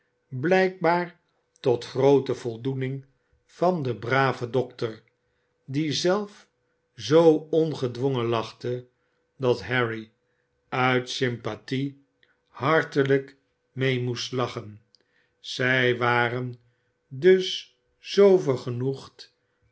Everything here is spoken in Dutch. blijkbaar tot groote voldoening van den braven dokter die zelf zoo ongedwongen lachte dat harry uit sympathie hartelijk mee moest lachen zij waren dus zoo